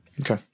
okay